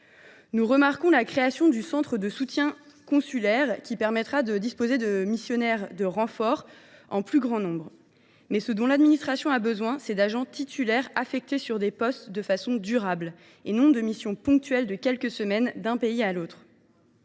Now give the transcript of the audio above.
Nous saluons la création d’un centre de soutien consulaire, qui permettra de disposer de renforts en plus grand nombre. Mais ce dont l’administration a besoin, c’est d’agents titulaires, affectés sur des postes de façon durable, et non de missions ponctuelles de quelques semaines d’un pays à l’autre.